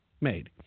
made